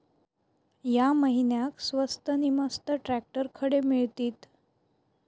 या महिन्याक स्वस्त नी मस्त ट्रॅक्टर खडे मिळतीत?